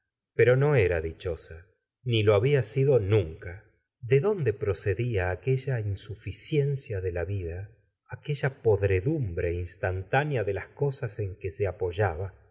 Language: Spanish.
pero no era dichosa ni lo había sido nunca de dónde procedia aquella insuficiancia de la vida aquella podredumbre instantánea de las cosas en que se apoyaba